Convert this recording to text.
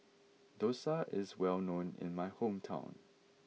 Dosa is well known in my hometown